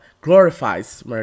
glorifies